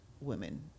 women